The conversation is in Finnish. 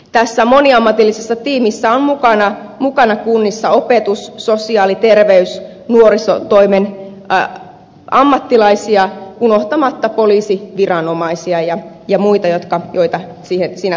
tässä moniammatillisessa tiimissä on mukana kunnissa ope tus sosiaali terveys ja nuorisotoimen ammattilaisia unohtamatta poliisiviranomaisia ja muita joita siinä tarvitaan